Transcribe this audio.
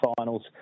finals